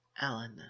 Ellen